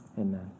Amen